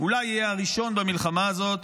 במלחמה הזאת,